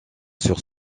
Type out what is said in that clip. sur